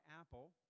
Apple